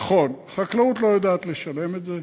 נכון, חקלאות לא יודעת לשלם את זה,